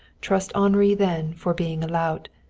trust henri then for being a lout,